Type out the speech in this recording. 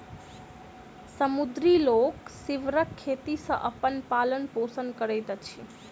समुद्री लोक सीवरक खेती सॅ अपन पालन पोषण करैत अछि